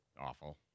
awful